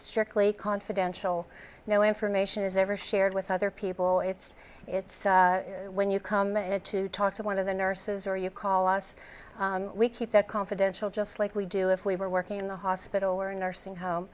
strictly confidential no information is ever shared with other people it's it's when you come and to talk to one of the nurses or you call us we keep that confidential just like we do if we were working in the hospital or a nursing home